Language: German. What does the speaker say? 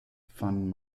fan